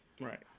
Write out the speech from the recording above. Right